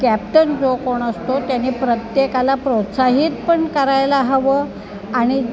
captain जो कोण असतो त्याने प्रत्येकाला प्रोत्साहित पण करायला हवं आणि